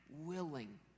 willing